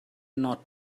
not